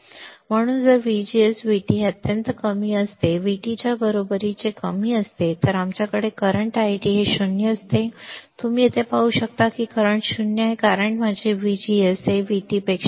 म्हणून जेव्हा VGS VT पेक्षा अत्यंत कमी असते किंवा VT च्या बरोबरीने कमी असते तेव्हा आमच्याकडे करंट ID 0 असते तुम्ही येथे पाहू शकता की करंट 0 आहे कारण माझे VGS VT